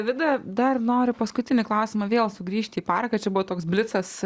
vida dar noriu paskutinį klausimą vėl sugrįžti į paraką čia buvo toks blicas